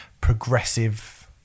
progressive